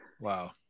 Wow